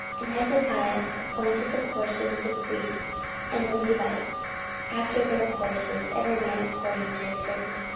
and hezekiah appointed the courses of the priests and the levites after their courses, every man according to his service,